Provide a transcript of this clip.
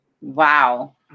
Wow